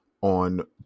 on